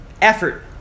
effort